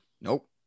Nope